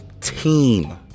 team